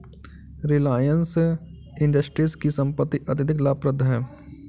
रिलायंस इंडस्ट्रीज की संपत्ति अत्यधिक लाभप्रद है